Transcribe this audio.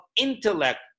intellect